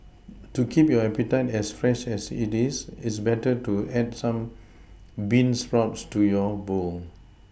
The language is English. to keep your appetite as fresh as it is it's better to add some bean sprouts to your bowl